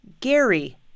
Gary